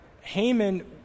Haman